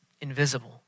invisible